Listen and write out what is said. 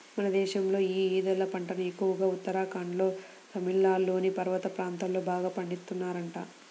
మన దేశంలో యీ ఊదల పంటను ఎక్కువగా ఉత్తరాఖండ్లోనూ, తమిళనాడులోని పర్వత ప్రాంతాల్లో బాగా పండిత్తన్నారంట